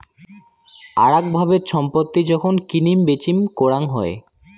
আরাক ভাবে ছম্পত্তি যখন কিনিম বেচিম করাং হই